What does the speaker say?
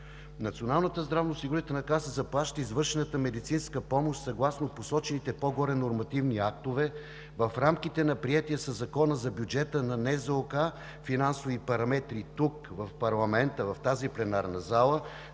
Националната здравноосигурителна каса заплаща извършената медицинска помощ съгласно посочените по-горе нормативни актове в рамките на приетите със Закона за бюджета на НЗОК финансови параметри тук, в парламента, в тази пленарна зала,